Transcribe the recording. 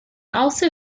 also